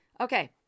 Okay